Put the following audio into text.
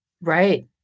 Right